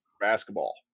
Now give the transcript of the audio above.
Basketball